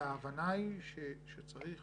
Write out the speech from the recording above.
וההבנה היא שצריך